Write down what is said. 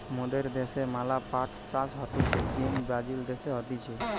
মোদের দ্যাশে ম্যালা পাট চাষ হতিছে চীন, ব্রাজিল দেশে হতিছে